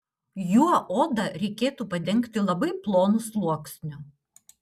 juo odą reikėtų padengti labai plonu sluoksniu